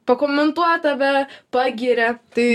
pakomentuoja tave pagiria tai